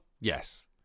Yes